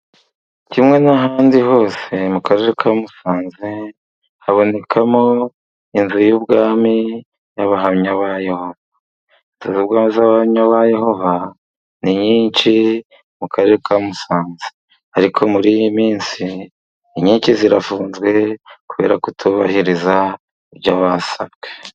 Kimwe n'ahandi hose mu karere ka Musanze, habonekamo inzu y'ubwami n'Abahamya ba Yehova. Inzu z'Abahamya ba Yehova ni nyinshi mu karere ka Musanze. Ariko muri iyi minsi, inyinshi zirafunzwe, kubera kutubahiriza ibyo basabwe.